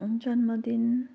जन्मदिन